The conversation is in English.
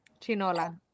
Chinola